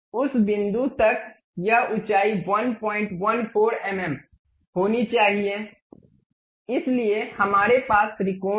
उस बिंदु तक यह ऊंचाई 114 एमएम होनी चाहिए इसलिए हमारे पास त्रिकोण है